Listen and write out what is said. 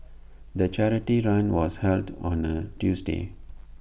the charity run was held on A Tuesday